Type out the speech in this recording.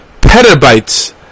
petabytes